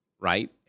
right